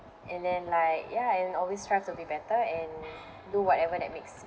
and then like ya and always strive to be better and do whatever that makes